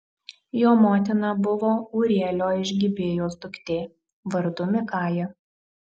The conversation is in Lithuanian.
jo motina buvo ūrielio iš gibėjos duktė vardu mikaja